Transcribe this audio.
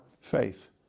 faith